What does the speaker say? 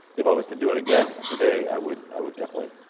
if i was to do it again, today, i would i would definitely,